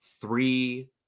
three